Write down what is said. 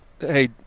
hey